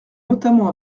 notamment